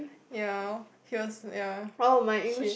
ya he was ya he